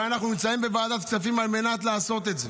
ואנחנו נמצאים בוועדת הכספים על מנת לעשות את זה.